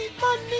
Money